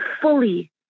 fully